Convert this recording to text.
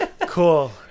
cool